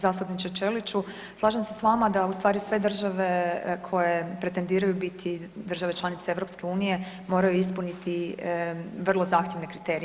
Zastupniče Ćeliću slažem se s vama da u stvari sve države koje pretendiraju biti države članice EU, moraju ispuniti vrlo zahtjevne kriterije.